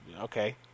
Okay